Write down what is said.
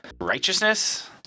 righteousness